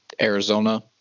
Arizona